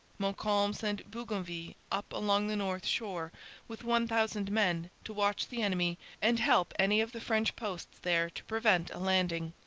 montcalm sent bougainville up along the north shore with one thousand men to watch the enemy and help any of the french posts there to prevent a landing.